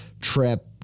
trip